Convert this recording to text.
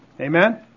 Amen